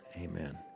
Amen